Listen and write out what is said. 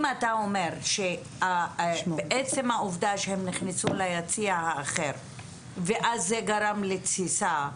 אם אתה אומר שעצם העובדה שהם נכנסו ליציע אחר גרם לתסיסה,